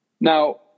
Now